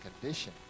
condition